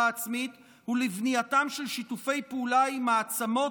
עצמית ולבנייתם של שיתופי פעולה עם מעצמות,